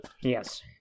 yes